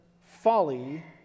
folly